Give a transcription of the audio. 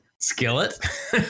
Skillet